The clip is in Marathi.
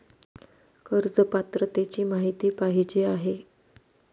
कर्ज पात्रतेची माहिती पाहिजे आहे?